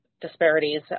disparities